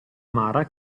amara